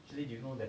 do you know that